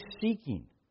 seeking